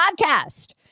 podcast